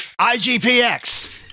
IGPX